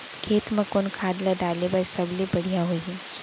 खेत म कोन खाद ला डाले बर सबले बढ़िया होही?